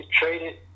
traded